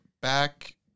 back